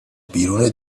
بیرون